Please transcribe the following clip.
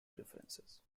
preferences